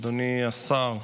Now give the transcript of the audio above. אדוני השר,